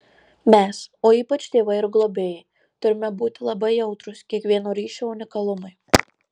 mes o ypač tėvai ir globėjai turime būti labai jautrūs kiekvieno ryšio unikalumui